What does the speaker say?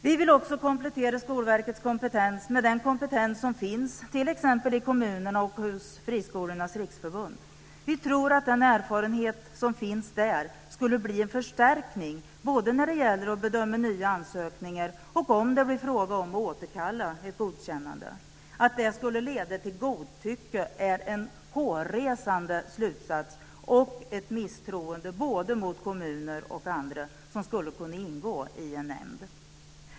Vi vill också komplettera Skolverkets kompetens med den kompetens som finns t.ex. i kommunerna och hos Friskolornas Riksförbund. Vi tror att den erfarenhet som finns där skulle bli en förstärkning både när det gäller att bedöma nya ansökningar och om det blir fråga om att återkalla ett godkännande. Att det skulle leda till godtycke är en hårresande slutsats och ett misstroende mot både kommuner och andra som skulle kunna ingå i en nämnd.